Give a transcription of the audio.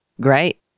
Great